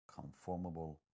conformable